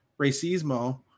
racismo